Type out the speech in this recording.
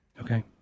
Okay